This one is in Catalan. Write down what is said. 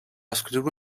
escriure